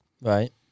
Right